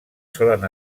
solen